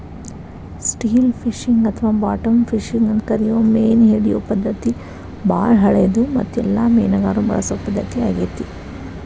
still fishing ಅಥವಾ bottom fishing ಅಂತ ಕರಿಯೋ ಮೇನಹಿಡಿಯೋ ಪದ್ಧತಿ ಬಾಳ ಹಳೆದು ಮತ್ತು ಎಲ್ಲ ಮೇನುಗಾರರು ಬಳಸೊ ಪದ್ಧತಿ ಆಗೇತಿ